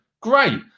Great